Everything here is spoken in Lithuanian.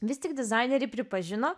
vis tik dizaineriai pripažino